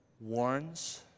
warns